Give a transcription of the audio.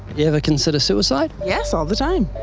you ever consider suicide? yes, all the time.